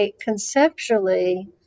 conceptually